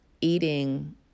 eating